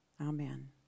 amen